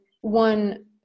one